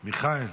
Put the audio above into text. מיכאל,